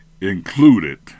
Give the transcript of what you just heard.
included